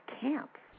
camps